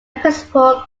principal